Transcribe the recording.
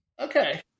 Okay